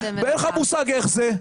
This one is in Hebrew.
ואין לך מושג איך זה.